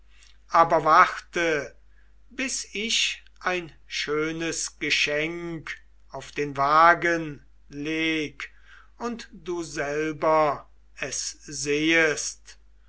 aber warte bis ich ein schönes geschenk auf den wagen leg und du selber es sehest